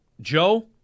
Joe